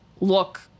look